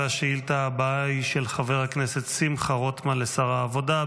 והשאילתה הבאה היא של חבר הכנסת שמחה רוטמן לשר העבודה,